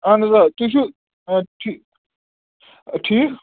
اَہَن حظ آ تُہۍ چھُ آ ٹھیٖک ٹھیٖک